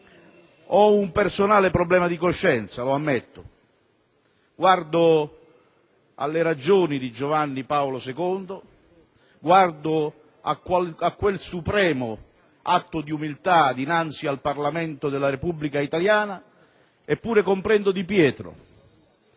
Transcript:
Ho un personale problema di coscienza, lo ammetto. Guardo alle ragioni di Giovanni Paolo II, guardo a quel supremo atto di umiltà dinanzi al Parlamento della Repubblica italiana, eppure comprendo Di Pietro